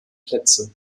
plätze